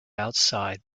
outside